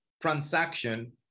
transaction